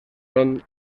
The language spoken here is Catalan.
són